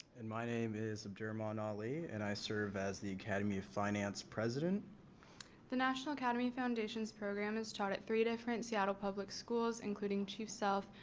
and my name is abdul um ah and ali and i serve as the academy of finance president the national academy foundation's program has taught at three different seattle public schools including chief sealth,